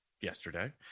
yesterday